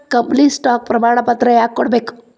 company stock ಪ್ರಮಾಣಪತ್ರ ಯಾಕ ಕೊಡ್ಬೇಕ್